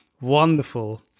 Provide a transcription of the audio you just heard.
Wonderful